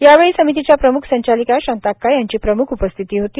यावेळी समितीच्या प्रमुख संचालिका शांताक्का यांची प्रमुख उपस्थिती होती